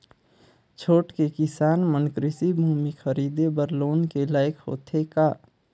छोटके किसान मन कृषि भूमि खरीदे बर लोन के लायक होथे का?